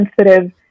sensitive